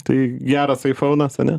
tai geras aifounas ane